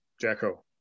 Jacko